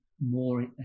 more